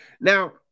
now